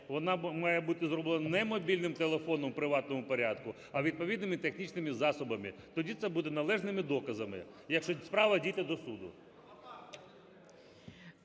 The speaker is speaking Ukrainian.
вона має бути зроблена не мобільним телефоном в приватному порядку, а відповідними технічними засобами. Тоді це буде належними доказами, якщо справа дійде до суду.